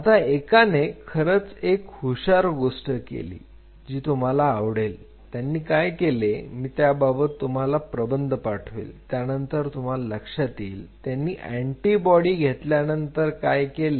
आता एकाने खरच एक हुशार गोष्ट केली जी तुम्हाला आवडेल त्यांनी काय केले मी त्याबाबत तुम्हाला प्रबंध पाठवेल त्यानंतर तुम्हाला लक्षात येईल त्यांनी अँटीबॉडी घेतल्यानंतर काय केले